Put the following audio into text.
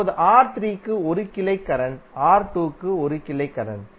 இதேபோல் R3 க்கு 1 கிளை கரண்ட் R2 க்கு 1 கிளை கரண்ட்